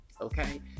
Okay